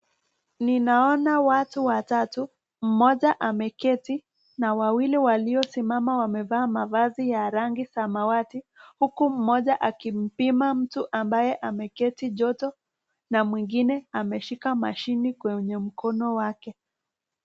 Ninaona watu watatu, mmoja ameketi na wawili waliosimama wamevaa mavazi ya rangi samawati huku mmoja akimpima mtu ambaye ameketi joto na mwingine ameshika mashini kwenye mkono wake.